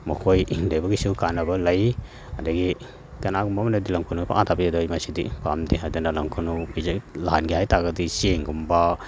ꯃꯈꯣꯏ ꯂꯩꯕꯒꯤꯁꯨ ꯀꯥꯟꯅꯕ ꯂꯩ ꯑꯗꯒꯤ ꯀꯅꯥꯒꯨꯝꯕ ꯑꯃꯅꯗꯤ ꯂꯝꯈꯨꯅꯨ ꯄꯪꯍꯥꯠꯇ ꯍꯥꯠꯄꯤ ꯑꯗꯣ ꯑꯩ ꯃꯁꯤꯗꯤ ꯄꯥꯝꯗꯦ ꯑꯗꯨꯅ ꯂꯪꯈꯨꯅꯨ ꯀꯤꯁꯦ ꯂꯥꯛꯍꯟꯒꯦ ꯍꯥꯏꯇꯥꯔꯒꯗꯤ ꯆꯦꯡꯒꯨꯝꯕ